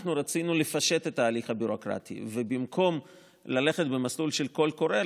אנחנו רצינו לפשט את ההליך הביורוקרטי ובמקום ללכת במסלול של קול קורא,